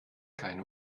keine